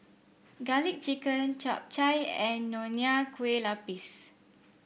garlic chicken Chap Chai and Nonya Kueh Lapis